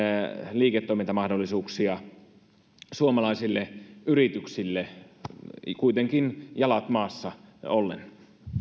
liiketoimintamahdollisuuksia suomalaisille yrityksille kuitenkin jalat maassa ollen